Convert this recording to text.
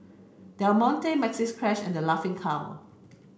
Del Monte Maxi Cash and The Laughing Cow